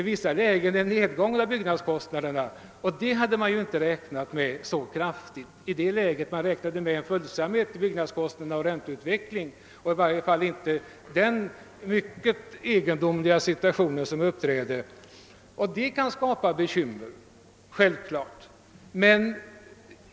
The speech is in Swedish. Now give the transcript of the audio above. När lånen kom till låg byggnadskostnaderna därför stilla, och 1967, 1968 och 1969 blev det i vissa lägen t.o.m. en nedgång. Det hade man inte räknat med.